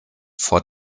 vor